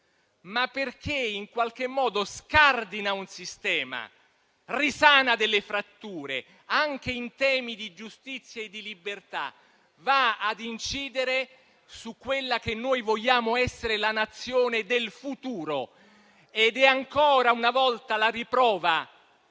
ma perché scardina un sistema, risana delle fratture anche in termini di giustizia e di libertà, va ad incidere su quella che noi vogliamo essere la Nazione del futuro. Questa è ancora una volta la riprova